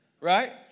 Right